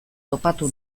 topatu